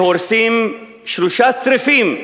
והורסים שלושה צריפים,